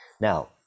Now